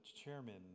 chairman